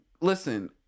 listen